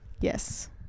Yes